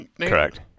Correct